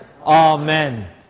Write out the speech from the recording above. Amen